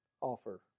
offer